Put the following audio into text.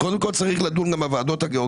אם כן, קודם כל צריך לדון גם בוועדות הגיאוגרפיות